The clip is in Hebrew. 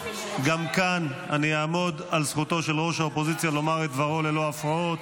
גם כאן אני אעמוד על זכותו של ראש האופוזיציה לומר את דברו ללא הפרעות,